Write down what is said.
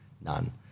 none